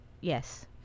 Yes